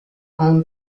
own